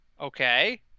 Okay